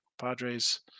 Padres